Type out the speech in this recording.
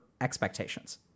expectations